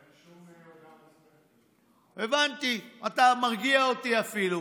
אין שום הודעה, הבנתי, אתה מרגיע אותי, אפילו.